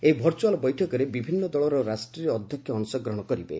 ଏହି ଭରଚୁଆଲ ବୈଠକରେ ବିଭିନ୍ନ ଦଳର ରାଷ୍ଟ୍ରୀୟ ଅଧ୍ୟକ୍ଷ ଅଂଶଗ୍ରହଣ କରିବେ